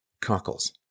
cockles